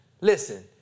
Listen